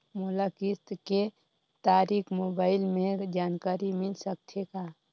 मोला किस्त के तारिक मोबाइल मे जानकारी मिल सकथे का?